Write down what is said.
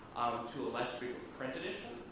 to a less frequent print edition,